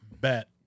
Bet